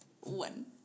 One